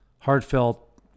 heartfelt